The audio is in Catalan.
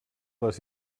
les